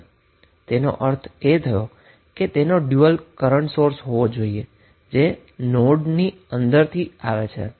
તેનો અર્થે એ થયો કે તેનુ ડયુઅલ એ કરન્ટ સોર્સ હશે જે નોડની અંદરથી આવે છે